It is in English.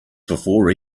before